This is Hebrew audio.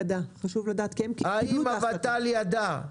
האם הות"ל ידע.